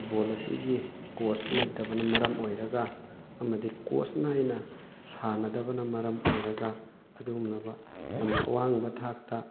football ꯑꯁꯤꯒꯤ ꯀꯣꯁ ꯂꯩꯇꯕꯅ ꯃꯔꯝ ꯑꯣꯏꯔꯒ ꯑꯃꯗꯤ ꯀꯣꯁꯅ ꯅꯥꯏꯅ ꯁꯥꯟꯅꯗꯕꯅ ꯃꯔꯝ ꯑꯣꯏꯔꯒ ꯑꯗꯨꯒꯨꯝꯂꯕ ꯌꯥꯝꯅ ꯑꯋꯥꯡꯕ ꯊꯥꯛꯇ